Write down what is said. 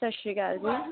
ਸਤਿ ਸ਼੍ਰੀ ਅਕਾਲ ਜੀ